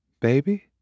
Baby